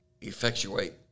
effectuate